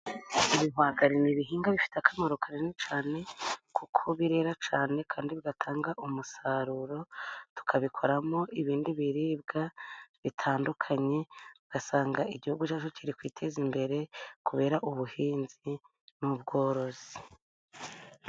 Ibihwagari ni ibihingwa bifite akamaro kanini cyane, kuko birera cyane, kandi bigatanga umusaruro ,tukabikoramo ibindi biribwa bitandukanye ,ugasanga igihugu cyacu kiri kwiteza imbere, kubera ubuhinzi n'ubworozi.